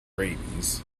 rabies